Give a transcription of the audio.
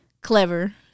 clever